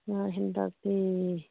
ꯉꯥ ꯍꯦꯟꯇꯥꯛꯇꯤ